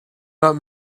not